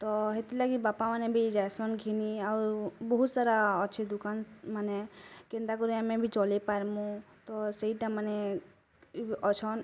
ତ ହେଥିଲାଗି ବାପାମାନେ ବି ଯାଇସୁନ୍ ଘିନି ଆଉ ବହୁ ସାରା ଅଛି ଦୁକାନ୍ ମାନେ କେନ୍ତା କରି ଆମେ ବି ଚଲାଇ ପାର୍ମୁ ତ ସେଇଟା ମାନେ ଅଛନ୍